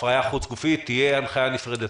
הפרייה חוץ גופית, תהיה הנחייה נפרדת.